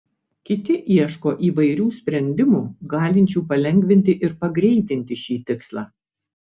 kiti ieško įvairių sprendimų galinčių palengvinti ir pagreitinti šį tikslą